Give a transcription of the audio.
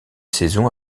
saison